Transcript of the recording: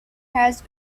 has